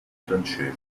francese